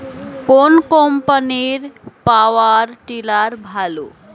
কোন কম্পানির power tiller ভালো?